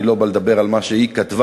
אני לא בא לדבר על מה שהיא כתבה,